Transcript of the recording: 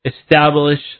establish